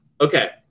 Okay